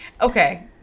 Okay